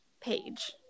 page